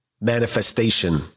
manifestation